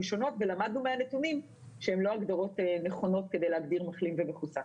שונות ולמדנו מהנתונים שהן לא הגדרות נכונות כדי להגדיר מחלים ומחוסן,